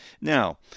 Now